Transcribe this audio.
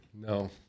No